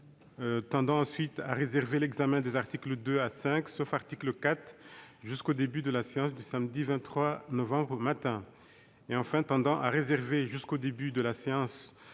tendant à réserver l'examen des articles 2 à 5, sauf l'article 4, jusqu'au début de la séance du samedi 23 novembre matin ; tendant à réserver jusqu'au début de la séance